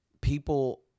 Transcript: people